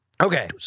Okay